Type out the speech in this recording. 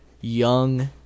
young